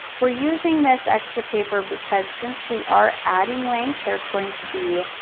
we're using this extra paper because since we are adding length, there's going to be.